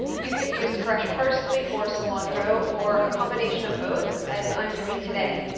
you could use fresh parsley or cilantro or a combination of both as i'm doing, today.